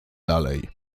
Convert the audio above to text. dalej